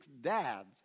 dads